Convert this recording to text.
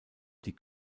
die